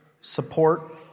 support